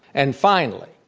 and finally,